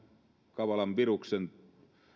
kavalan viruksen